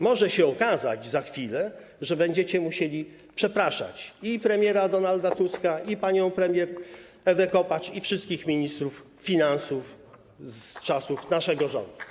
Może się okazać za chwilę, że będziecie musieli przepraszać i premiera Donalda Tuska, i panią premier Ewę Kopacz, i wszystkich ministrów finansów z czasów naszego rządu.